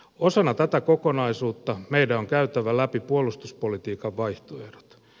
osana tätä kokonaisuutta meidän on käytävä läpi puolustuspolitiikan vaihtoehdot